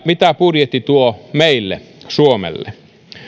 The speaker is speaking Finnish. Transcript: mitä budjetti tuo meille suomelle